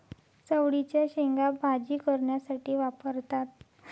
चवळीच्या शेंगा भाजी करण्यासाठी वापरतात